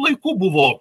laikų buvo